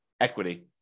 equity